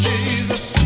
Jesus